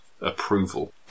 approval